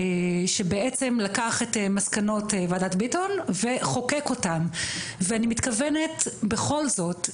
שבעצם לקח את מסקנות וועדת ביטון וחוקק אותם ואני מתכוונת בכל זאת,